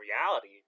reality